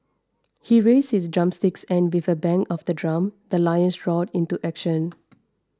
he raised his drumsticks and with a bang of the drum the lions roared into action